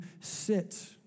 sit